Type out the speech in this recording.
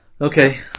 Okay